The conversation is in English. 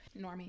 Normie